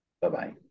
Bye-bye